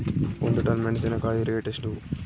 ಒಂದು ಟನ್ ಮೆನೆಸಿನಕಾಯಿ ರೇಟ್ ಎಷ್ಟು?